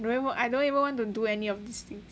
I don't even want to do any of this things